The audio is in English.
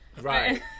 Right